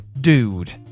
Dude